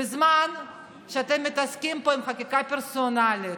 בזמן שאתם מתעסקים פה עם חקיקה פרסונלית,